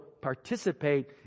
participate